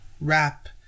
wrap